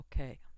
Okay